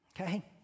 Okay